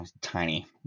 tiny